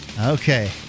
Okay